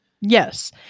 Yes